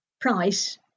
price